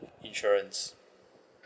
insurance